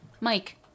Mike